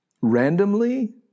randomly